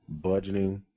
budgeting